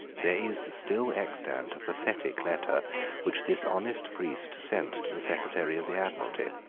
there is still extant a pathetic letter which this honest priest sent to the secretary of the admiralty.